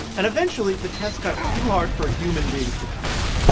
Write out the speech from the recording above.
and eventually, the tests got too hard for human beings to pass.